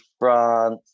France